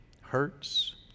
hurts